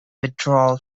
withdrawal